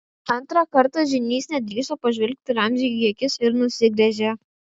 antrą kartą žynys nedrįso pažvelgti ramziui į akis ir nusigręžė